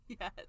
Yes